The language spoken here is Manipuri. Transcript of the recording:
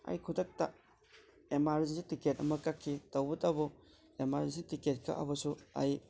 ꯑꯩ ꯈꯨꯗꯛꯇ ꯏꯃꯥꯔꯖꯦꯟꯁꯤ ꯇꯤꯛꯀꯦꯠ ꯑꯃ ꯀꯛꯈꯤ ꯇꯧꯕꯇꯕꯨ ꯏꯃꯥꯔꯖꯦꯟꯁꯤ ꯇꯤꯛꯀꯦꯠ ꯀꯛꯑꯕꯁꯨ ꯑꯩ